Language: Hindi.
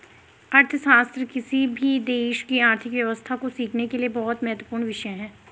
अर्थशास्त्र किसी भी देश की आर्थिक व्यवस्था को सीखने के लिए बहुत महत्वपूर्ण विषय हैं